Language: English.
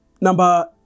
number